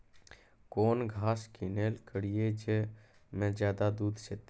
कौन घास किनैल करिए ज मे ज्यादा दूध सेते?